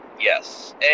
Yes